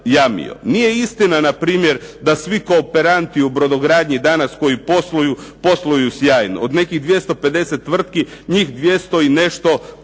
Nije istina na primjer da svi kooperanti u brodogradnji danas koji posluju posluju sjajno. Od nekih 250 tvrtki njih 200 i nešto posluje